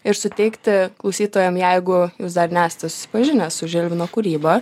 ir suteikti klausytojam jeigu jūs dar nesate susipažinę su žilvino kūryba